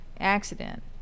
accident